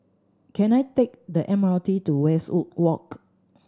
can I take the M R T to Westwood Walk